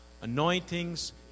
anointings